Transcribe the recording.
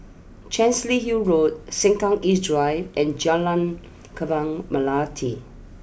Chancery Hill Road Sengkang East Drive and Jalan Kembang Melati